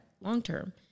long-term